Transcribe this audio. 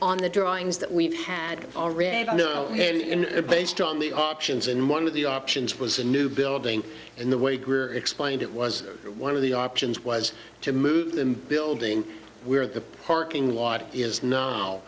on the drawings that we've had already know and based on the options and one of the options was a new building and the way greer explained it was one of the options was to move the building where the parking lot is know